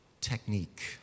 technique